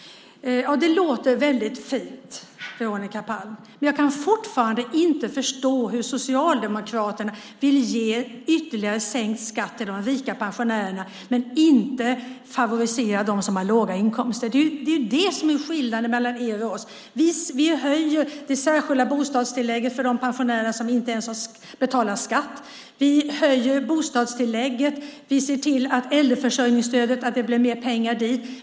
Det låter väldigt fint, Veronica Palm, men jag kan fortfarande inte förstå hur Socialdemokraterna kan vilja ge ytterligare sänkt skatt till de rika pensionärerna men inte favorisera dem som har låga inkomster. Det är det som är skillnaden mellan er och oss. Vi höjer det särskilda bostadstillägget för de pensionärer som inte ens betalar skatt. Vi ser till att det blir mer pengar till äldreförsörjningsstödet.